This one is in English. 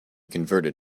converted